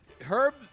Herb